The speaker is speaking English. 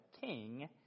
king